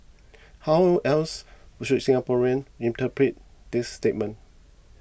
how else should Singaporeans interpret this statement